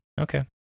Okay